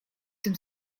tym